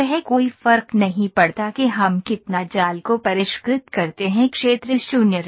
कोई फर्क नहीं पड़ता कि हम कितना जाल को परिष्कृत करते हैं क्षेत्र 0 रहेगा